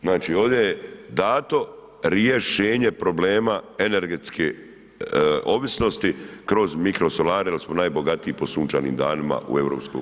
Znači ovde je dato rješenje problema energetske ovisnosti kroz mirosolare jer smo najbogatiji po sunčanim danima u EU.